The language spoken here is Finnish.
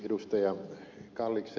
arvoisa puhemies